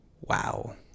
Wow